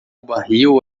barril